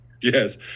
Yes